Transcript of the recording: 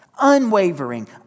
Unwavering